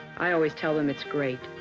i always tell them it's great.